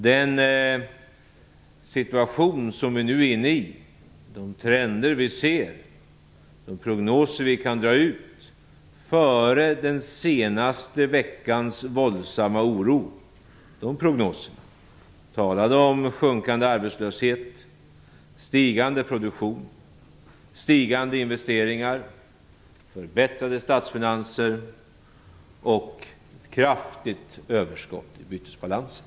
Den situation som vi nu befinner oss i, de trender vi ser och de prognoser vi kunde dra ut före den senaste veckans våldsamma oro talade om sjunkande arbetslöshet, stigande produktion, stigande investeringar, förbättrade statsfinanser och ett kraftigt överskott i bytesbalansen.